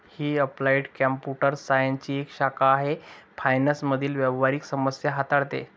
ही applied computer सायन्सची एक शाखा आहे फायनान्स मधील व्यावहारिक समस्या हाताळते